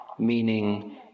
meaning